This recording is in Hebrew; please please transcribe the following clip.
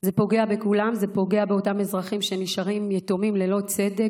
זה פוגע באותם אזרחים שנשארים יתומים ללא צדק,